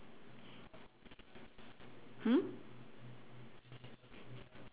hmm